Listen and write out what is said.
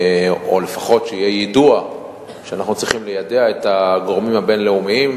או לפחות שיהיה ידוע שאנחנו צריכים ליידע את הגורמים הבין-לאומיים